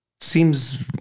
Seems